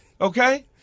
Okay